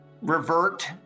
revert